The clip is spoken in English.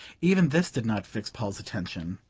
even this did not fix paul's attention.